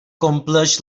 compleix